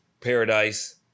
paradise